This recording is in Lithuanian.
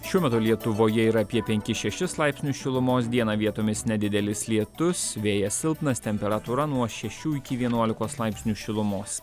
šiuo metu lietuvoje yra apie penkis šešis laipsnius šilumos dieną vietomis nedidelis lietus vėjas silpnas temperatūra nuo šešių iki vienuolikos laipsnių šilumos